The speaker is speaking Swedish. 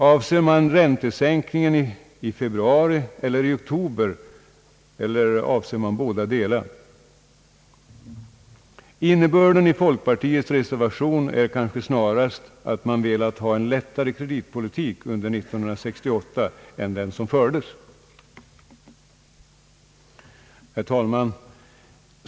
Avser man räntesänkningen i februari eller den i oktober, eller avser man båda? Innebörden i folkpartiets reservation är kanske snarast att man velat ha en lättare kreditpolitik under 1968 än den som fördes. Herr talman!